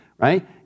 Right